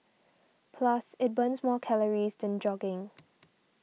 plus it burns more calories than jogging